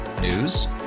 News